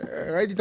ראיתי את